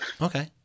Okay